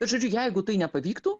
bet žodžiu jeigu tai nepavyktų